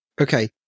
Okay